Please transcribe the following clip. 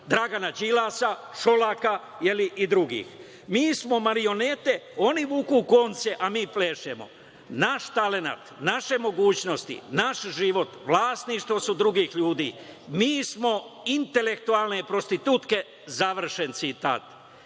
Dragana Đilasa, Šolaka i drugih. Mi smo marionete, oni vuku konce a mi plešemo. Naš talenat, naše mogućnosti, naš život vlasništvo su drugih ljudi. „Mi smo intelektualne prostitutke“, završen